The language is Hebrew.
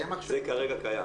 האם הדיון מתקיים ככה,